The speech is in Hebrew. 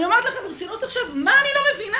אני אומרת לכם ברצינות עכשיו, מה אני לא מבינה?